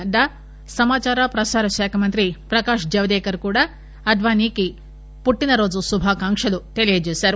నడ్డా సమాచార ప్రసార శాఖ మంత్రి ప్రకాశ్ జావదేకర్ కూడా అద్నానీకి పుట్టిన రోజు శుభాకాంకలు తెలియజేశారు